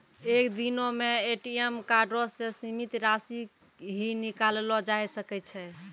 एक दिनो मे ए.टी.एम कार्डो से सीमित राशि ही निकाललो जाय सकै छै